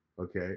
Okay